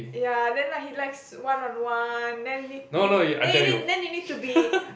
ya then like he likes one on one then need you need then need then you need to be